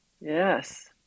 yes